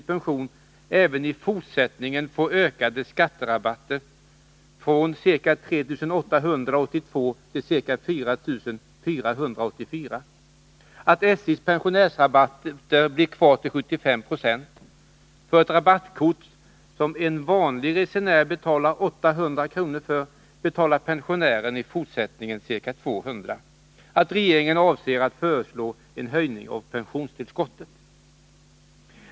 i pension även i fortsättningen får ökade skatterabatter från ca 3 800 kr. år 1982 till ca 4 400 kr. år 1984, att SJ:s pensionärsrabatter blir kvar till 75 96 — för ett rabattkort som en vanlig resenär betalar 800 kr. för betalar pensionären i fortsättningen ca 200 kr. — och att regeringen avser att föreslå en höjning av pensionstillskottet.